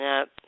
up